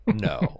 no